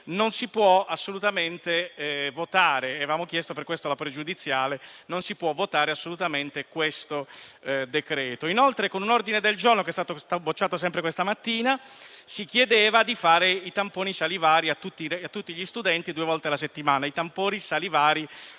la questione pregiudiziale. Inoltre, con un ordine del giorno che è stato bocciato sempre questa mattina, si chiedeva di fare i tamponi salivari rapidi a tutti gli studenti due volte alla settimana.